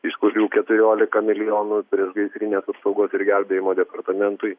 iš kurių keturiolika milijonų priešgaisrinės apsaugos ir gelbėjimo departamentui